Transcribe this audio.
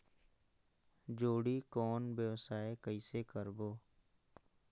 जोणी कौन व्यवसाय कइसे करबो?